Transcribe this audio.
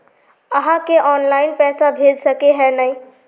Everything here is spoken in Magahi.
आहाँ के ऑनलाइन पैसा भेज सके है नय?